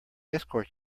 escort